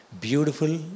beautiful